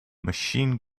machine